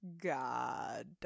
God